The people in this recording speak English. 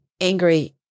angry